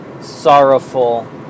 sorrowful